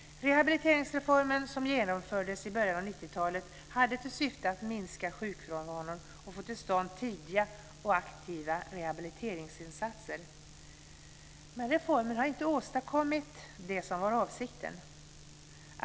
Rehabiliteringsreformen som genomfördes i början av 90-talet hade till syfte att minska sjukfrånvaron och få till stånd tidiga och aktiva rehabiliteringsinsatser. Reformen har inte åstadkommit det som var avsikten.